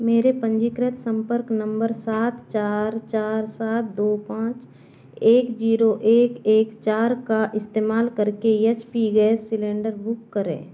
मेरे पंजीकृत संपर्क नंबर सात चार चार सात दो पाँच एक ज़ीरो एक एक चार का इस्तेमाल करके H P gas cylinder book करें